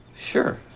sure.